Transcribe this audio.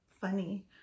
funny